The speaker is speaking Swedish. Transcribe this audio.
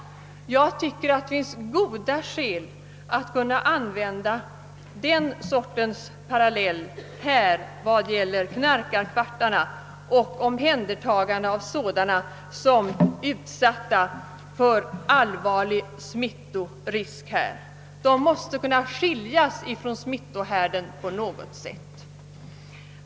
Jag tycker att det finns goda skäl att tilllämpa en liknande lagstiftning när det gäller knarkarkvartarna och omhändertagande av sådana som är utsatta för allvarlig smittrisk i detta avseende. Man måste kunna skilja dem från smitthärdarna på något sätt.